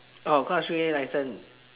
oh class three A licence